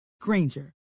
granger